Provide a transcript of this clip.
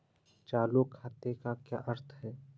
चालू खाते का क्या अर्थ है?